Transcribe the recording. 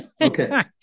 Okay